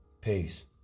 Peace